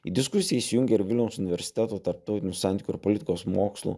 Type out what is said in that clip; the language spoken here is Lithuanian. į diskusiją įsijungė ir vilniaus universiteto tarptautinių santykių ir politikos mokslų